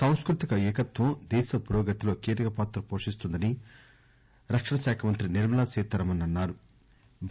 సాంస్కృతిక ఏకత్వం దేశ పురోగతిలో కీలక పాత్ర పోషిస్తుందని రక్షణ మంత్రి నిర్మలా సీతారామస్ అన్సారు